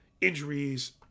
injuries